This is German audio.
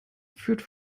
führt